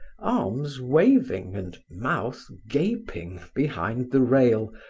arms waving and mouth gaping, behind the rail,